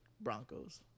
Broncos